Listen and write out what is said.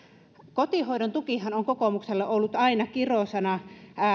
kotihoidon tukihan on kokoomukselle ollut aina kirosana